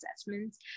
assessments